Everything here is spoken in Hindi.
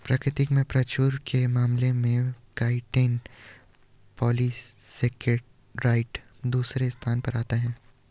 प्रकृति में प्रचुरता के मामले में काइटिन पॉलीसेकेराइड दूसरे स्थान पर आता है